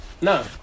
no